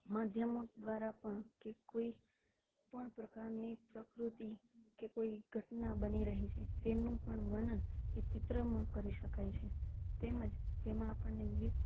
માધ્યમો દ્વારા પણ કે કોઈ પણ પ્રકારની પ્રકૃતિ કે કોઈ ઘટના બની રહી છે તેનું પણ વર્ણન એ ચિત્રમાં કરી શકાય છે તેમજ તેમાં આપણને વિવિધ